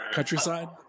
countryside